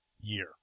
year